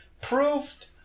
proved